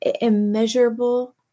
immeasurable